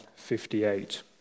58